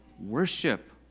worship